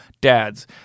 DADS